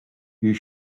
you